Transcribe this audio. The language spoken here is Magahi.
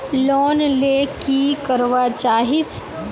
लोन ले की करवा चाहीस?